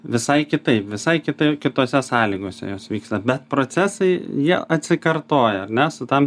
visai kitaip visai kitai kitose sąlygose jos vyksta bet procesai jie atsikartoja ar ne su tam